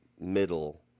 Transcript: middle